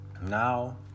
now